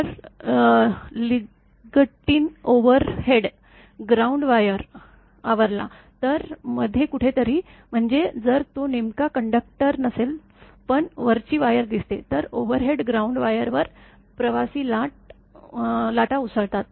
जर lightning overhead ground वायरवर आवरला तर मध्ये कुठेतरी म्हणजे जर तो नेमका कंडक्टर नसेल पण वरची वायर दिसते तर ओव्हरहेड ग्राउंड वायरवर प्रवासी लाटा उसळतात